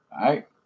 right